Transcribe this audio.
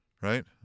right